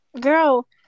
girl